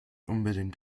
unbedingt